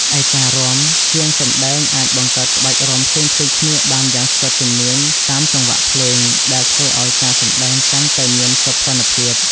ឯការរាំ ជាងសម្ដែងអាចបង្កើតក្បាច់រាំផ្សេងៗគ្នាបានយ៉ាងស្ទាត់ជំនាញ តាមចង្វាក់ភ្លេង ដែលធ្វើឲ្យការសម្ដែងកាន់តែមានសោភ័ណភាព។